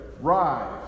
rise